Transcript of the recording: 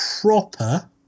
proper